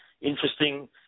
interesting